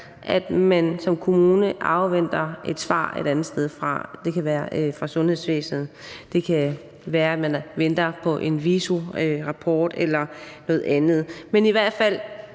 at man som kommune afventer et svar et andet sted fra. Det kan være fra sundhedsvæsenet, og det kan være, man venter på en VISO-rapport eller noget andet.